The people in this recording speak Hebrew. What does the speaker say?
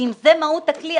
ואם זה מהות הכלי,